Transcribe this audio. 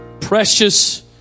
precious